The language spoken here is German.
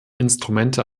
instrumente